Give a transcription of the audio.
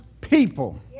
people